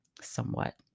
Somewhat